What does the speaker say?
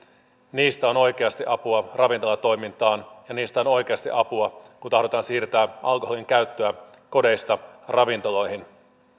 niistä on oikeasti apua ravintolatoimintaan ja niistä on on oikeasti apua kun tahdotaan siirtää alkoholinkäyttöä kodeista ravintoloihin